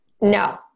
No